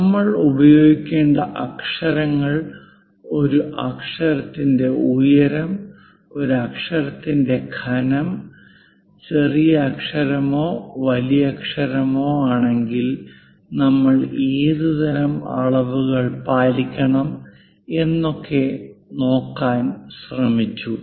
നമ്മൾ ഉപയോഗിക്കേണ്ട അക്ഷരങ്ങൾ ഒരു അക്ഷരത്തിന്റെ ഉയരം ഒരു അക്ഷരത്തിന്റെ കനം ചെറിയക്ഷരമോ വലിയക്ഷരമോ ആണെങ്കിൽ നമ്മൾ ഏതുതരം അളവുകൾ പാലിക്കണം എന്നൊക്കെ നോക്കാൻ ശ്രമിച്ചു